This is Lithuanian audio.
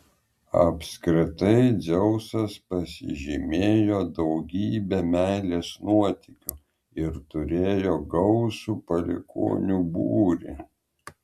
apskritai dzeusas pasižymėjo daugybe meilės nuotykių ir turėjo gausų palikuonių būrį